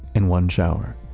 and one shower.